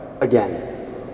again